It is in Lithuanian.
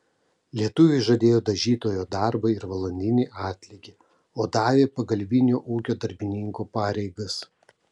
lietuviui žadėjo dažytojo darbą ir valandinį atlygį o davė pagalbinio ūkio darbininko pareigas